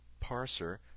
parser